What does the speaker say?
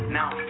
now